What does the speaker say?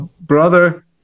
brother